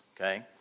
Okay